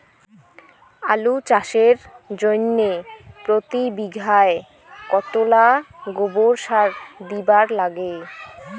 আলু চাষের জইন্যে প্রতি বিঘায় কতোলা গোবর সার দিবার লাগে?